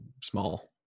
small